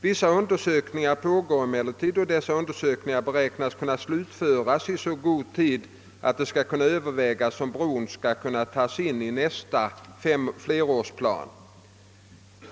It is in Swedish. Vissa undersökningar pågår emellertid, och dessa beräknas kunna slutföras i så god tid att det skall kunna övervägas om bron kan tas in i nästa flerårsplan.